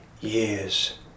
years